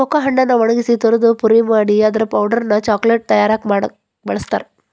cocoa ಹಣ್ಣನ್ನ ಒಣಗಿಸಿ ತುರದು ಪುಡಿ ಮಾಡಿ ಅದರ ಪೌಡರ್ ಅನ್ನ ಚಾಕೊಲೇಟ್ ತಯಾರ್ ಮಾಡಾಕ ಬಳಸ್ತಾರ